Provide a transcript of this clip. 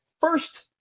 first